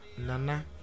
nana